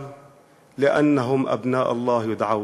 האלוהים,)